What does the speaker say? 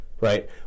right